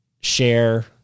share